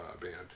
band